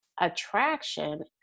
attraction